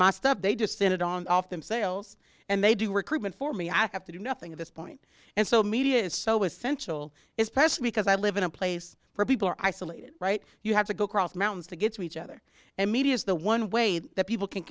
my stuff they descended on off themselves and they do recruitment for me i have to do nothing at this point and so media is so essential is passed because i live in a place where people are isolated right you have to go across mountains to get to each other and media is the one way that people can